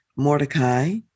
Mordecai